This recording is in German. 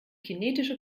kinetische